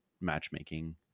matchmaking